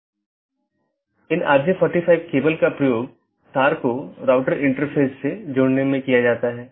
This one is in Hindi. एक AS ट्रैफिक की निश्चित श्रेणी के लिए एक विशेष AS पाथ का उपयोग करने के लिए ट्रैफिक को अनुकूलित कर सकता है